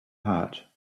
heart